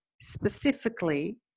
specifically